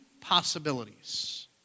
possibilities